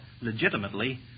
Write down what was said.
legitimately